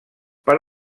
per